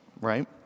right